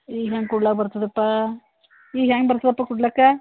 ಈಗ ಹ್ಯಾಂಗೆ ಕೂಡ್ಲಕೆ ಬರ್ತದಪ್ಪಾ ಈಗ ಹ್ಯಾಂಗೆ ಬರ್ತದಪ್ಪ ಕೊಡ್ಲಕಾ